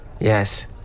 Yes